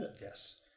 Yes